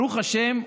ברוך השם,